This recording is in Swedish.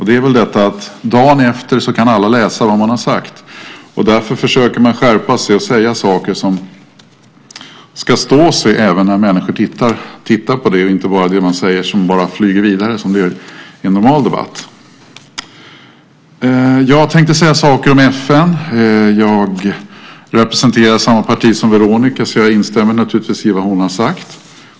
Det är väl för detta att dagen efter kan alla läsa vad man har sagt. Därför försöker man skärpa sig och säga saker som ska stå sig även när människor läser det, för det man säger flyger inte bara vidare som det gör i en normal debatt. Jag tänkte säga några saker om FN. Jag representerar samma parti som Veronica, så jag instämmer naturligtvis i vad hon har sagt.